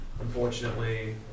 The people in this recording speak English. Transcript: Unfortunately